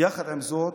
יחד עם זאת,